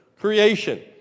creation